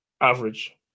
average